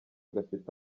gafite